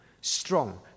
strong